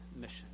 mission